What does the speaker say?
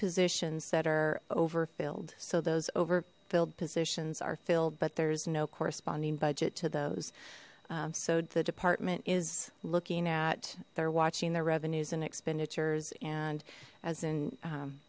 positions that are overfilled so those overfilled positions are filled but there is no corresponding budget to those so the department is looking at they're watching their revenues and expenditures and as in